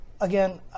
again